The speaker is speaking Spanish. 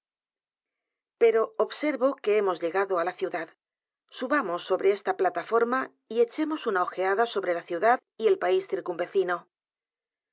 pero observo que hemos llegado á la ciudad subamos sobre esta plataforma y echemos una ojeada sobre la ciudad y el país circunvecino